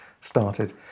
started